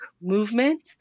movement